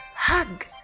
Hug